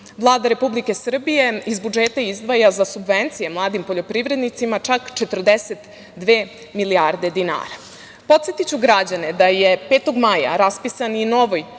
Vlada Republike Srbije iz budžeta izdvaja za subvencije mladim poljoprivrednicima čak 42 milijarde dinara. Podsetiću građane da je 5. maja raspisan i novi